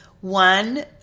one